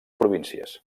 províncies